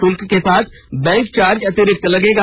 शुल्क के साथ बैंक चार्ज अतिरिक्त लगेगा